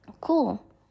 Cool